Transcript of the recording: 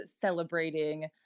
celebrating